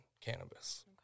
cannabis